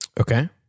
Okay